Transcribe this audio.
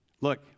Look